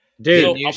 Dude